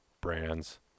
brands